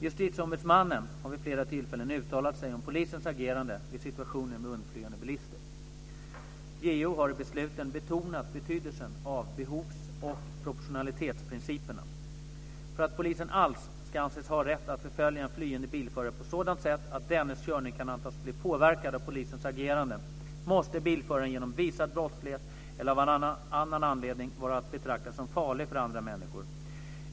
Justitieombudsmannen har vid flera tillfällen uttalat sig om polisens agerande vid situationer med undflyende bilister. JO har i besluten betonat betydelsen av behovs och proportionalitetsprinciperna. För att polisen alls ska anses ha rätt att förfölja en flyende bilförare på sådant sätt att dennes körning kan antas bli påverkad av polisens agerande måste bilföraren genom visad brottslighet eller av annan anledning vara att betrakta som farlig för andra människor.